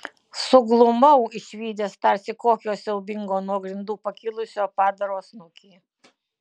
suglumau išvydęs tarsi kokio siaubingo nuo grindų pakilusio padaro snukį